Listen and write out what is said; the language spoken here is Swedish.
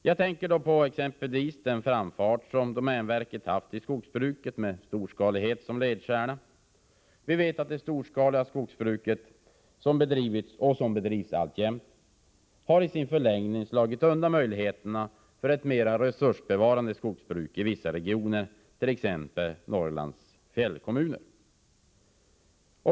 Jag tänker exempelvis på domänverkets framfart i skogsbruket, med storskalighet som ledstjärna. Det storskaliga skogsbruk som bedrivits, och alltjämt bedrivs, har i sin förlängning slagit undan möjligheterna för ett mera resursbevarande skogsbruk i vissa regioner, t.ex. Norrlands fjällkommuner.